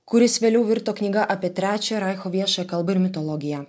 kuris vėliau virto knyga apie trečiojo reicho viešą kalbą ir mitologiją